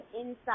inside